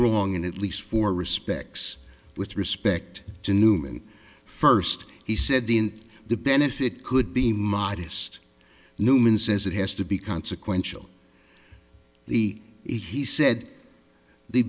wrong and at least for respects with respect to newman first he said in the benefit could be modest newman says it has to be consequential the he he said the